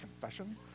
confession